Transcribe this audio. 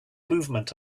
movement